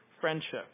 friendship